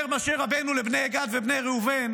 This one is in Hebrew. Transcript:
אומר משה רבנו לבני גד ובני ראובן